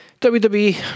WWE